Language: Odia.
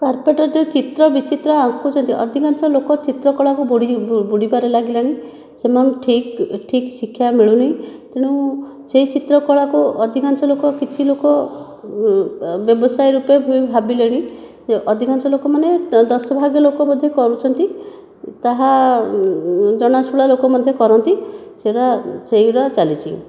କାରପେଣ୍ଟର ଯେଉଁ ଚିତ୍ରବିଚିତ୍ର ଆଙ୍କୁଛନ୍ତି ଅଧିକାଂଶ ଲୋକ ଚିତ୍ରକଳାକୁ ବୁଡ଼ିବାରେ ଲାଗିଲାଣି ସେମାନଙ୍କୁ ଠିକ ଠିକ ଶିକ୍ଷା ମିଳୁନି ତେଣୁ ସେ ଚିତ୍ରକଳାକୁ ଅଧିକାଂଶ ଲୋକ କିଛି ଲୋକ ବ୍ୟବସାୟ ରୂପେ ଭାବିଲେଣି ଅଧିକାଂଶ ଲୋକମାନେ ଦଶ ଭାଗ ଲୋକ ବୋଧେ କରୁଛନ୍ତି ତାହା ଜଣାଶୁଣା ଲୋକ ମଧ୍ୟ କରନ୍ତି ସେଇଟା ସେଇଟା ଚାଲିଛି